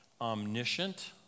omniscient